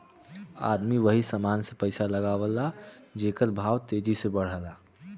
आदमी वही समान मे पइसा लगावला जेकर भाव तेजी से बढ़ला